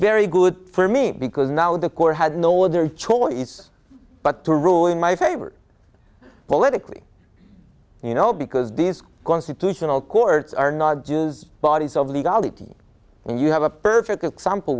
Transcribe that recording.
very good for me because now the court had no other choice but to rule in my favor politically you know because these constitutional courts are not jews bodies of legality and you have a perfect example